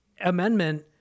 amendment